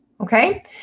Okay